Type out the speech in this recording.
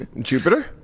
Jupiter